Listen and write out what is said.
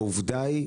העובדה היא,